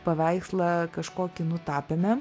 paveikslą kažkokį nutapėme